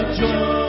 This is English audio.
joy